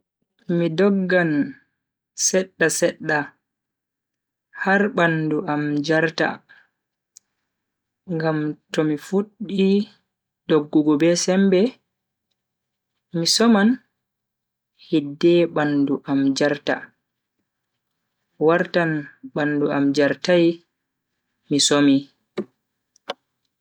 Mi doggan sedda sedda har bandu am jarta. ngam tomi fuddi doggugo be sembe, mi soman hidde bandu am jarta. wartan bandu jartai MI somi.